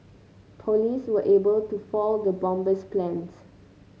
police were able to foil the bomber's plans